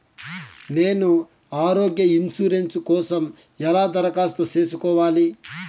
నేను ఆరోగ్య ఇన్సూరెన్సు కోసం ఎలా దరఖాస్తు సేసుకోవాలి